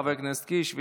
חבר הכנסת קיש,